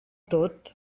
tot